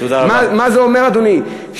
מה זה אומר, אדוני?